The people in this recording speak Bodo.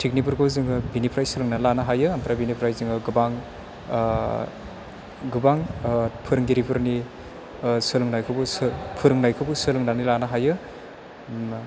टेकनिफोरखौ जोङो बिनिफ्राय सोलोंना लानो हायो ओमफ्राय बिनिफ्राय जोङो गोबां फोरोंगिरिफोरनि सोलोंनायखौबो फोरोंनायखौबो सोलोंनानै लानो हायो